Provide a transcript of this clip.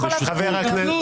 למה הוא יכול לדבר?